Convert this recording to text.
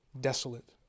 Desolate